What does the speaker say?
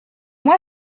moi